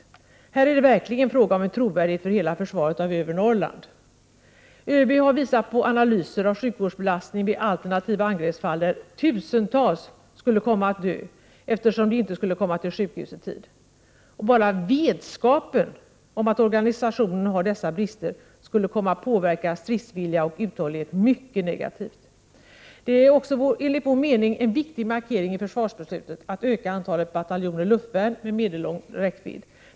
Här är det verkligen fråga om trovärdighet för hela försvaret av övre Norrland. Överbefälhavaren har visat analyser av sjukvårdsbelastningen vid alternativa angreppsfall, där tusentals skulle kunna komma att dö, eftersom de inte skulle komma till sjukhus i tid. Bara vetskapen om att organisationen har dessa brister skulle komma att påverka stridsvilja och uthållighet mycket negativt. Det är också enligt vår mening en viktig markering i försvarsbeslutet att man ökar antalet bataljoner luftvärn med medellång räckvidd.